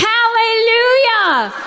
Hallelujah